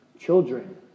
children